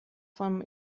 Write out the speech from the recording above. vom